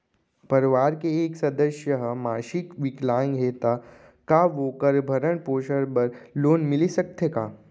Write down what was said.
परवार के एक सदस्य हा मानसिक विकलांग हे त का वोकर भरण पोषण बर लोन मिलिस सकथे का?